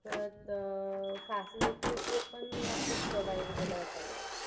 परत फॅसिलिटीज हे पण या खूप प्रोवाइड केल्या जातात